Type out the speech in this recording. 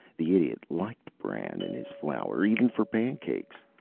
the idiot liked bran in his flour, even for pancakes!